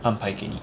安排给你